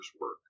work